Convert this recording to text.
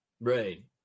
Right